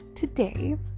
today